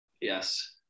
Yes